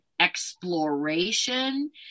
exploration